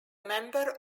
member